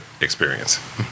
experience